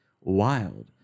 Wild